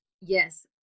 Yes